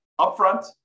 upfront